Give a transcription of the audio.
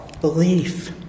belief